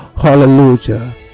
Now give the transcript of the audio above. Hallelujah